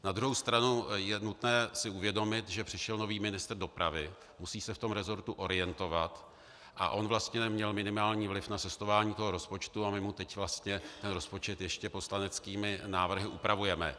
Na druhou stranu je nutné si uvědomit, že přišel nový ministr dopravy, musí se v tom resortu zorientovat, a on vlastně měl minimální vliv na sestavování rozpočtu a my mu teď vlastně ten rozpočet ještě poslaneckými návrhy upravujeme.